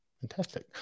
Fantastic